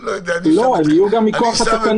לא, הם יהיו גם מכוח התקנות.